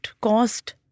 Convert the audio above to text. cost